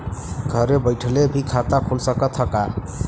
घरे बइठले भी खाता खुल सकत ह का?